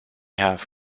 half